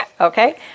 Okay